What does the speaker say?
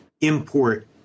import